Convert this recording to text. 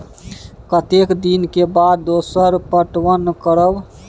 कतेक दिन के बाद दोसर पटवन करब?